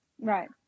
Right